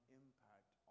impact